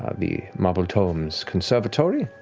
ah the marble tomes conservatory.